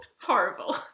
horrible